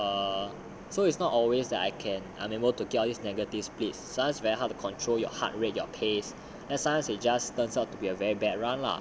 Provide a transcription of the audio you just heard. err so it's not always that I can I'm able to get all this negatives splits sometimes very hard to control your heart rate your pace and sometimes it just turns out to be a very bad run lah